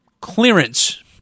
clearance